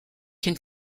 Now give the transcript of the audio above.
can